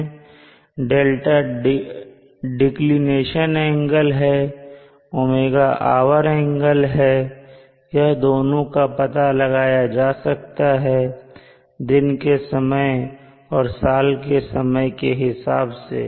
δ declination angle और ω hour angle है यह दोनों का पता लगाया जा सकता है दिन के समय और साल के समय के हिसाब से